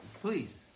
Please